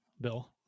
Bill